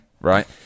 right